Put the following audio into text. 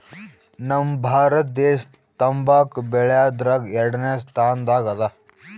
ನಮ್ ಭಾರತ ದೇಶ್ ತಂಬಾಕ್ ಬೆಳ್ಯಾದ್ರಗ್ ಎರಡನೇ ಸ್ತಾನದಾಗ್ ಅದಾ